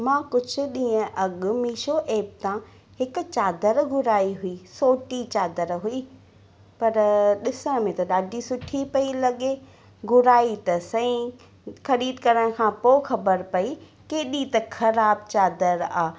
मां कुझु ॾींहं अॻु मीशो एप था हिकु चादर घुराई हुई सोटी चादर हुई पर ॾिसणु में त ॾाढी सुठी पेई लॻे घुराई त सही ख़रीद करण खां पोइ ख़बर पेई केॾी त ख़राबु चादर आहे